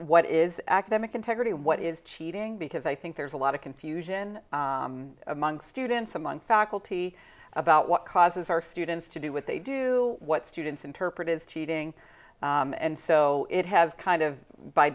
what is academic integrity what is cheating because i think there's a lot of confusion among students among faculty about what causes our students to do what they do what students interpret is cheating and so it has kind of by